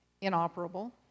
inoperable